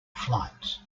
flights